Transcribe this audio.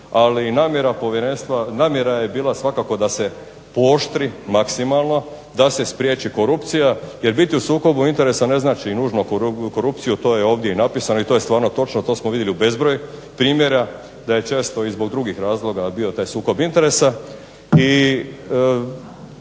namjera je bila svakako da se pooštri maksimalno da se spriječi korupcija, jer biti u sukobu interesa ne znači nužno korupciju, to je ovdje i napisano i to je stvarno točno, to smo vidjeli u bezbroj primjera da je često i zbog drugih razloga bio taj sukob interesa,